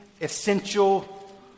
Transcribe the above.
essential